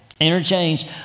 interchange